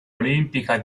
olimpica